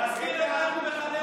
בוא נראה איך בקואליציה